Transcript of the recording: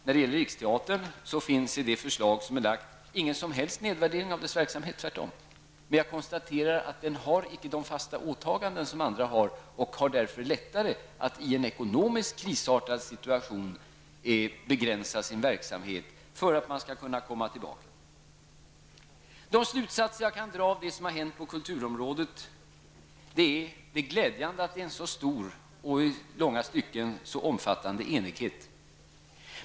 När det gäller Riksteatern finns i det förslag som är framlagt ingen som helst nedvärdering av dess verksamhet, tvärtom. Men jag konstaterar att Riksteatern inte har de fasta åtaganden som andra har, och den har därför lättare att i en ekonomiskt krisartad situation begränsa sin verksamhet för att sedan kunna komma tillbaka. De slutsatser jag kan dra av det som har hänt på kulturområdet är att det är glädjande att det är en så stor och i långa stycken omfattande enighet.